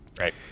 Right